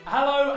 Hello